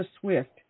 Swift